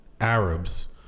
Arabs